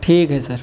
ٹھیک ہے سر